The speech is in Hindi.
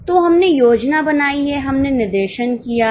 तो हमने योजना बनाई है हमने निर्देशन किया है